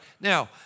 Now